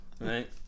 Right